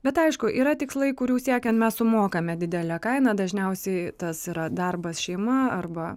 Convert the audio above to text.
bet aišku yra tikslai kurių siekiant mes sumokame didelę kainą dažniausiai tas yra darbas šeima arba